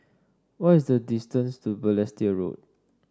what is the distance to Balestier Road